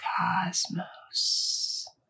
cosmos